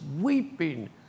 weeping